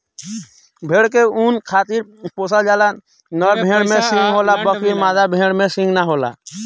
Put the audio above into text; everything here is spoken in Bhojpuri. भेड़ के ऊँन खातिर पोसल जाला, नर भेड़ में सींग होला बकीर मादा भेड़ में सींग ना होला